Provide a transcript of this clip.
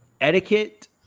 etiquette